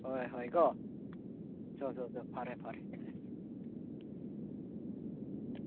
ꯍꯣꯏ ꯍꯣꯏ ꯀꯣ ꯆꯣ ꯆꯣ ꯆꯣ ꯐꯔꯦ ꯐꯔꯦ ꯎꯝ ꯎꯝ